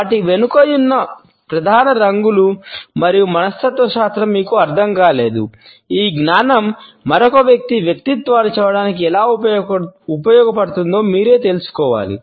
వాటి వెనుక ఉన్న ప్రధాన రంగులు మరియు మనస్తత్వశాస్త్రం మీకు అర్థం కాలేదు ఈ జ్ఞానం మరొక వ్యక్తి వ్యక్తిత్వాన్ని చదవడానికి ఎలా ఉపయోగపడుతుందో మీరు తెలుసుకోవాలి